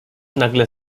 nagle